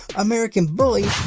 american bully,